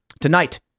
Tonight